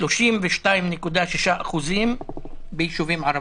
32.6% בישובים ערביים,